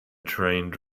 trained